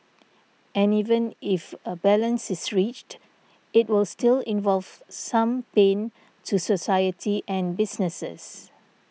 and even if a balance is reached it will still involve some pain to society and businesses